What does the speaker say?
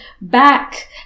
back